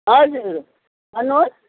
हजुर भन्नुहोस्